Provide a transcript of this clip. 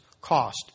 cost